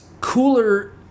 Cooler